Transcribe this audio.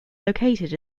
located